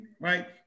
right